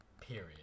Period